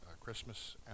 Christmas